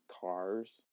cars